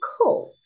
Cool